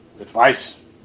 advice